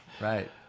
Right